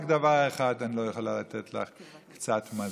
רק דבר אחד אני לא יכולה לתת לך: קצת מזל.